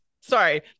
Sorry